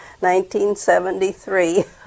1973